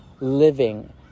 living